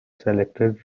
selected